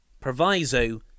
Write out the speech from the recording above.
Proviso